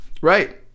right